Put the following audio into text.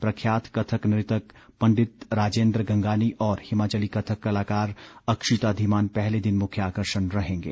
प्रख्यात कथक नृतक पंडित राजेंद्र गंगानी और हिमाचली कथक कलाकार अक्षिता धीमान पहले दिन मुख्य आकर्षण रहेंगे